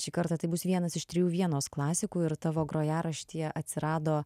šį kartą tai bus vienas iš trijų vienos klasikų ir tavo grojaraštyje atsirado